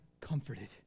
comforted